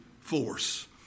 force